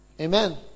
amen